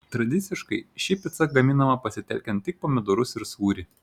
tradiciškai ši pica gaminama pasitelkiant tik pomidorus ir sūrį